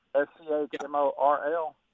S-C-H-M-O-R-L